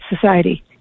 society